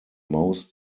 most